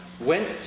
went